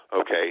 okay